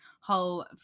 whole